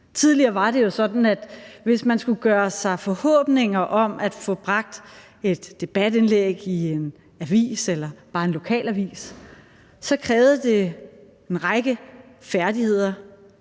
Tidligere var det jo sådan, at hvis man skulle gøre sig forhåbninger om at få bragt et debatindlæg i en avis eller bare i en lokalavis, krævede det en række færdigheder,